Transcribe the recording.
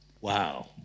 Wow